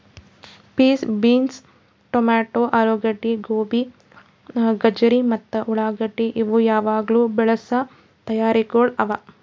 piece, beans, tomato, ಆಲೂಗಡ್ಡಿ, ಗೋಬಿ, ಗಜರಿ ಮತ್ತ ಉಳಾಗಡ್ಡಿ ಇವು ಯಾವಾಗ್ಲೂ ಬೆಳಸಾ ತರಕಾರಿಗೊಳ್ ಅವಾ